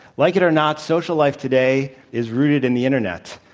like it or not, social life today is rooted in the internet.